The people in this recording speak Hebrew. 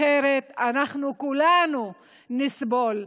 אחרת אנחנו כולנו נסבול.